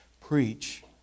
preach